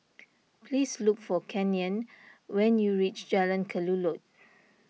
please look for Canyon when you reach Jalan Kelulut